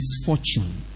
misfortune